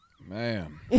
man